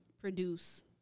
produce